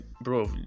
bro